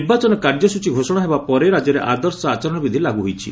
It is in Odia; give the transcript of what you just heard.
ନିର୍ବାଚନ କାର୍ଯ୍ୟସ୍ତଚୀ ଘୋଷଣା ହେବା ପରେ ରାଜ୍ୟରେ ଆଦର୍ଶ ଆଚରଣବିଧି ଲାଗୁ ହୋଇଛି